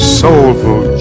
soulful